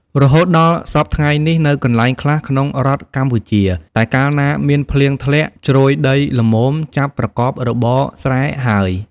រហូតដល់សព្វថ្ងៃនេះ នៅកន្លែងខ្លះក្នុងរដ្ឋកម្ពុជា តែកាលណាមានភ្លៀងធ្លាក់ជ្រោយដីល្មមចាប់ប្រកបរបរស្រែហើយ។